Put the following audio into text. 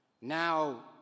Now